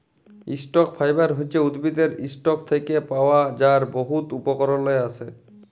stock fibre হছে উদ্ভিদের ইসটক থ্যাকে পাওয়া যার বহুত উপকরলে আসে